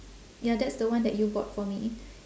ya that's the one that you bought for me